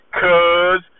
cause